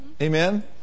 Amen